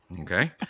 okay